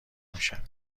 میشویم